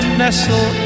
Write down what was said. nestle